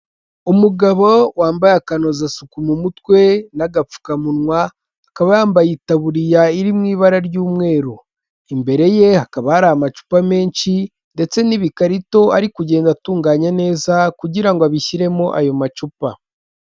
Umugabo wambaye akanozasuku mu mutwe n'agapfukamunwa, akaba yambaye itaburiya iri mu ibara ry'umweru, imbere ye hakaba hari amacupa menshi ndetse n'ibikarito ari kugenda atunganya neza kugira ngo abishyiremo ayo macupa.